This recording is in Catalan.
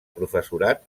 professorat